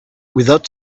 without